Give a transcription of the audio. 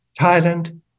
Thailand